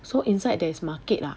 so inside there is market ah